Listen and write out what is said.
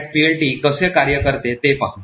तर हे funcPLT कसे कार्य करते ते पाहू